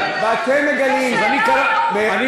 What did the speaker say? לנאום ----- היה לי מה להגיד לכן --- את מותחת את החבל יותר מדי.